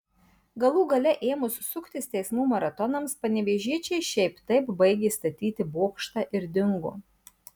galų gale ėmus suktis teismų maratonams panevėžiečiai šiaip taip baigė statyti bokštą ir dingo